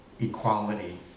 equality